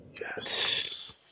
yes